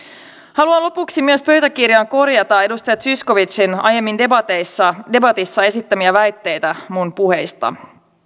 haluan lopuksi myös pöytäkirjaan korjata edustaja zyskowiczin aiemmin debatissa debatissa esittämiä väitteitä puheistani